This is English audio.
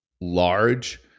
large